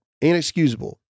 Inexcusable